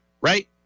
Right